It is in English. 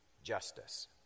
Justice